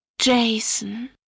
Jason